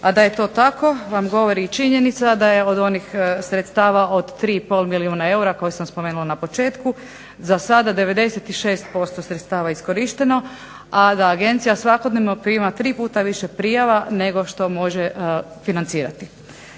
a da je to tako vam govori i činjenica da je od onih sredstava od 3 i pol milijuna eura koje sam spomenula na početku. Zasada 96% sredstava je iskorišteno, a da agencija svakodnevno prima 3 puta više prijava nego što može financirati.